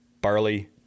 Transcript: barley